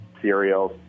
cereals